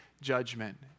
judgment